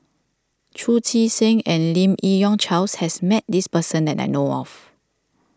Chu Chee Seng and Lim Yi Yong Charles has met this person that I know of